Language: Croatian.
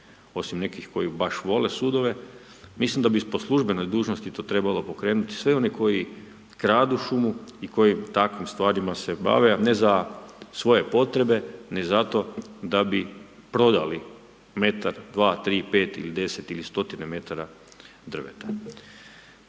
osim nekih koji baš vole sudove. Mislim da bi po službenoj dužnosti to trebalo pokrenuti sve one koji kradu šumu i koji takvim stvarima se bare ne za svoje potrebe, nego zato da bi prodaji metar, dva, tri, pet ili deset ili 100-tine metara drveta.